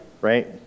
right